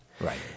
Right